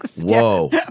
Whoa